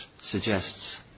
suggests